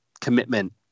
commitment